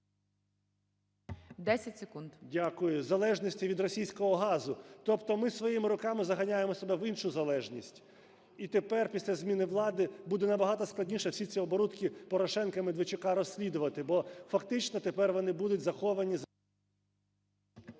Дякую. … залежності від російського газу. Тобто ми своїми руками заганяємо себе в іншу залежність. І тепер після зміни влади буде набагато складніше всі ці оборудки Порошенка і Медведчука розслідувати, бо фактично тепер вони будуть заховані…